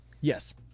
Yes